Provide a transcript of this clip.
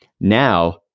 Now